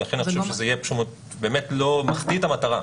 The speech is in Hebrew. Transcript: ולכן אני חושב שזה מחטיא את המטרה.